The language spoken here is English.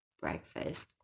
breakfast